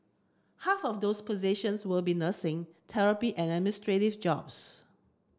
half of those positions will be nursing therapy and jobs